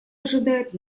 ожидает